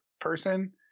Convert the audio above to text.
person